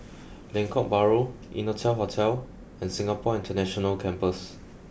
Lengkok Bahru Innotel Hotel and Singapore International Campus